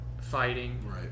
fighting